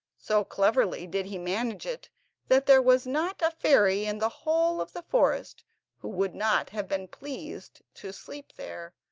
so cleverly did he manage it that there was not a fairy in the whole of the forest who would not have been pleased to sleep there,